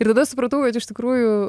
ir tada supratau kad iš tikrųjų